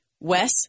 Wes